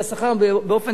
באופן טכני,